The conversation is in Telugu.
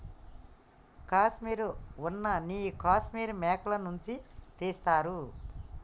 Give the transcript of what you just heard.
కాశ్మీర్ ఉన్న నీ కాశ్మీర్ మేకల నుంచి తీస్తారు